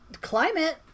Climate